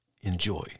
Enjoy